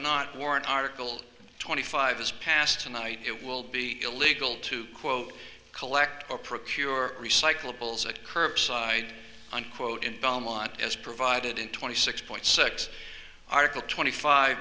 warren article twenty five has passed tonight it will be illegal to quote collect or procure recyclables at curbside unquote in belmont as provided in twenty six point six article twenty five